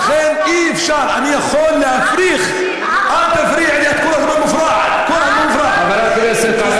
ארבע, שתיים לא מספיקות לו, ארבע נשים.